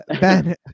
Ben